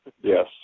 Yes